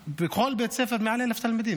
ובכל בית ספר יש מעל 1,000 תלמידים.